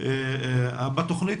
בתכנית